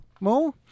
Mo